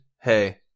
Hey